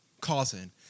causing